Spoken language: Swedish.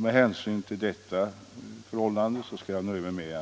Med hänsyn till detta förhållande skall jag nöja mig